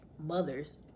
mothers